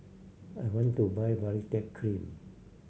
I want to buy Baritex Cream